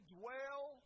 dwell